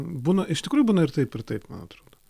būna iš tikrųjų būna ir taip ir taip man atrodo